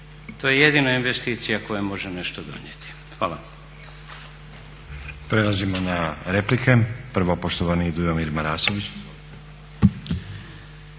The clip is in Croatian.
to je jedina investicija koja može nešto donijeti. Hvala.